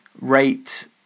rate